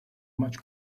much